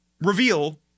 reveal